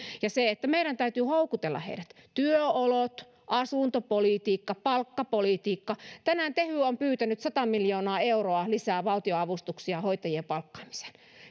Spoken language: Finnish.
ja meidän täytyy houkutella heidät työolot asuntopolitiikka palkkapolitiikka tänään tehy on pyytänyt sata miljoonaa euroa lisää valtionavustuksia hoitajien palkkaamiseen